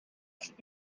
should